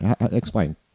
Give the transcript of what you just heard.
explain